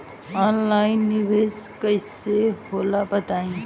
Online निवेस कइसे होला बताईं?